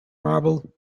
marble